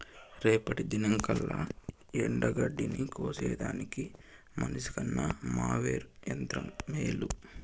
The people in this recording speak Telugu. రేపటి దినంకల్లా ఎండగడ్డిని కోసేదానికి మనిసికన్న మోవెర్ యంత్రం మేలు